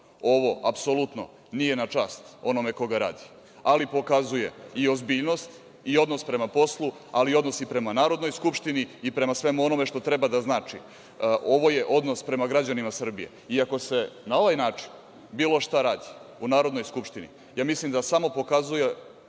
Ovo apsolutno nije na čast onome ko ga radi. Ali, pokazuje i ozbiljnost i odnos prema poslu, ali i odnosprema Narodnoj skupštini i prema svemu onome što treba da znači. Ovo je odnos prema građanima Srbije. I ako se na ovaj način bilo šta radi u Narodnoj skupštini, ja mislim da samo pokazuje